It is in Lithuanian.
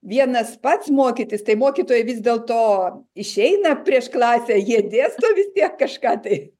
vienas pats mokytis tai mokytojai vis dėlto išeina prieš klasę jie dėsto vis tiek kažką tai